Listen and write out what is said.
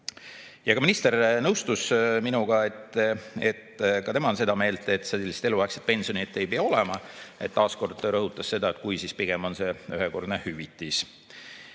vähe. Minister nõustus minuga, ka tema on seda meelt, et sellist eluaegset pensioni ei peaks olema. Ta taas kord rõhutas seda, et kui, siis pigem olgu see ühekordne hüvitis.